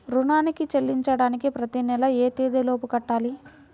రుణాన్ని చెల్లించడానికి ప్రతి నెల ఏ తేదీ లోపు కట్టాలి?